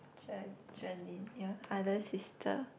your other sister